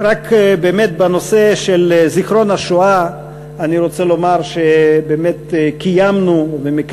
בנושא של זיכרון השואה אני רוצה לומר שקיימנו ואנחנו